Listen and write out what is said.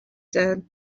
said